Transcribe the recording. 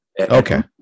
Okay